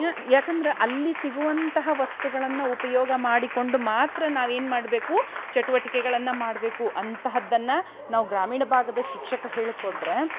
ಯಾಕಂದ್ರೆ ಅಲ್ಲಿ ಸಿಗುವಂತಹ ವಸ್ತುಗಳನ್ನು ಉಪಯೋಗ ಮಾಡಿಕೊಂಡು ಮಾತ್ರ ನಾವು ಏನು ಮಾಡಬೇಕು ಚಟುವಟಿಕೆಗಳನ್ನು ಮಾಡಬೇಕು ಅಂತಹದ್ದನ್ನು ನಾವು ಗ್ರಾಮೀಣ ಭಾಗದ ಶಿಕ್ಷಕರು ಹೇಳಿಕೊಟ್ಟರೆ